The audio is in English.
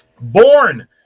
Born